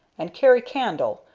and carry candle,